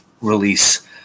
release